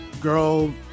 girl